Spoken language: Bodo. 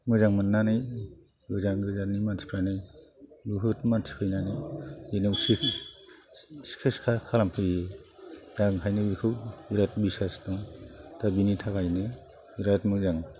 मोजां मोननानै गोजान गोजाननि मानसिफ्रानो बुहुद मानसि फैनानै बिनावसो सिकितसिखा खालामफैयो दा ओंखायनो बिखौ बिराद बिसास दं दा बिनि थाखायनो बिराद मोजां